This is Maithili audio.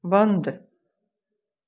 बन्द